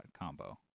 combo